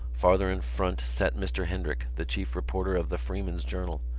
farther in front sat mr. hendrick, the chief reporter of the freeman's journal,